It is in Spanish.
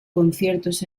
conciertos